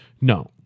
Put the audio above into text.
No